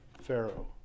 Pharaoh